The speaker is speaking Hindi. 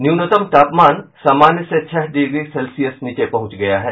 न्यूनतम तापमान सामान्य से छह डिग्री सेल्सियस नीचे पहुंच गया है